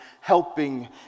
helping